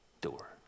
door